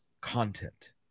content